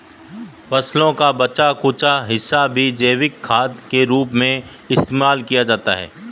फसलों का बचा कूचा हिस्सा भी जैविक खाद के रूप में इस्तेमाल किया जाता है